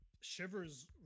Shivers